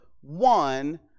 one